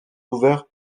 ouverts